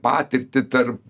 patirtį tarp